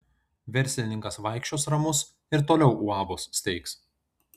verslininkas vaikščios ramus ir toliau uabus steigs